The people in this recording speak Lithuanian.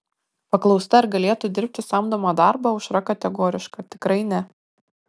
paklausta ar galėtų dirbti samdomą darbą aušra kategoriška tikrai ne